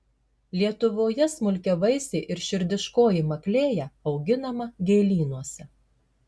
lietuvoje smulkiavaisė ir širdiškoji maklėja auginama gėlynuose